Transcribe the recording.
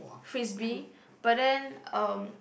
frisbee but then um